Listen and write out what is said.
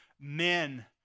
Men